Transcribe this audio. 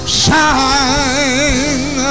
shine